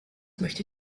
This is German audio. möchte